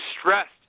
stressed